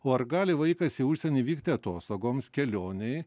o ar gali vaikas į užsienį vykti atostogoms kelionei